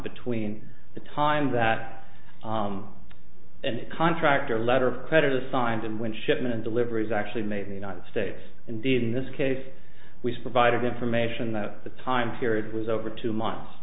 between the time that and contractor letter of credit assigned and when shipment deliveries actually made in the united states indeed in this case we've provided information that the time period was over two months